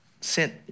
sent